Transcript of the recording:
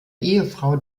ehefrau